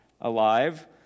alive